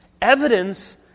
Evidence